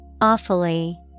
Awfully